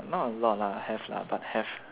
not a lot lah have lah but have